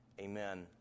Amen